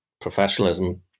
professionalism